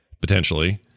potentially